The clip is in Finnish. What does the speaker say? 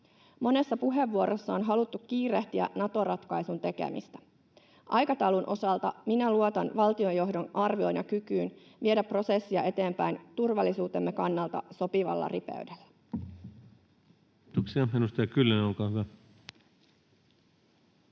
Monessa puheenvuorossa on haluttu kiirehtiä Nato-ratkaisun tekemistä. Aikataulun osalta minä luotan valtiojohdon arvioon ja kykyyn viedä prosessia eteenpäin turvallisuutemme kannalta sopivalla ripeydellä. [Speech 119] Speaker: